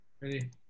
Ready